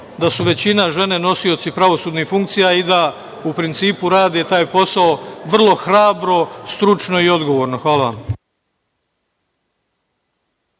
da su tamo većina žene nosioci pravosudnih funkcija i da u principu rade taj posao vrlo hrabro, stručno i odgovorno. Hvala vam.